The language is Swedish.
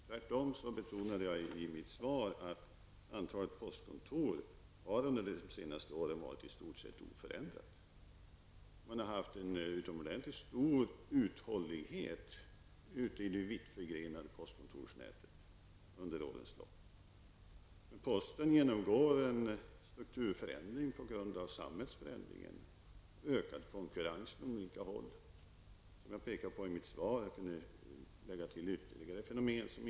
Tvärtom betonar jag i mitt svar att antalet postkontor under de senaste åren i stort sett har varit oförändrat. Man har under årens lopp haft en utomordentligt stor uthållighet ute i det vitt förgrenade postkontorsnätet. Posten genomgår en strukturförändring på grund av samhällsförändringen och den ökade konkurrensen från olika håll, vilket jag påpekar i mitt svar. Jag kan lägga till ytterligare fenomen.